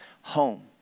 home